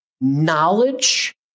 knowledge